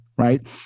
Right